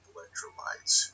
Electrolytes